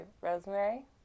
Rosemary